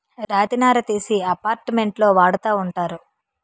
రాతి నార తీసి అపార్ట్మెంట్లో వాడతా ఉంటారు